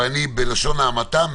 אבל בלשון המעטה,